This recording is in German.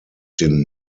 den